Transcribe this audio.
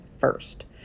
first